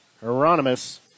Hieronymus